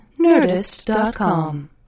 Nerdist.com